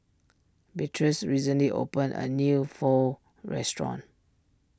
Beatriz recently opened a new Pho restaurant